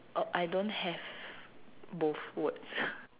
oh I don't have both words